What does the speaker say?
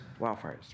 wildfires